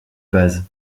base